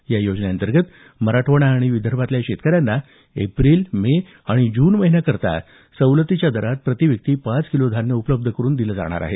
या योजनेअंतर्गत मराठवाडा आणि विदर्भातल्या शेतकऱ्यांना एप्रिल मे आणि जून या महिन्यांकरता सवलतीच्या दरात प्रतिव्यक्ती पाच किलो धान्य उपलब्ध करून देण्यात येणार आहे